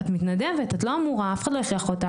את מתנדבת, את לא אמורה, אף אחד לא הכריח אותך.